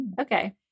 Okay